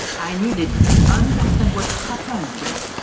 i needed to understand what happened to me.